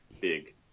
big